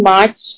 March